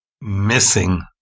missing